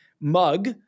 mug